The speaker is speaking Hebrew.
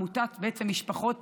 בעצם עמותת, משפחות